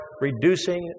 reducing